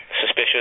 suspicious